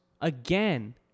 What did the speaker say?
again